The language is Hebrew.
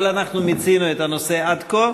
אבל אנחנו מיצינו את הנושא עד כה.